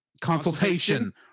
Consultation